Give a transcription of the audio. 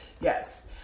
yes